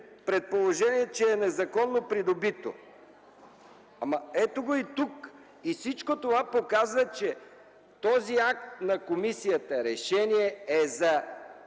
предположение, че е незаконно придобито”. Ето го и тук. И всичко това показва, че този акт на комисията – решение, е за